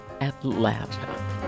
Atlanta